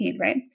right